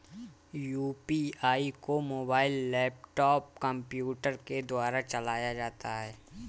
UPI को mobile laptop computer के द्वारा चलाया जाता है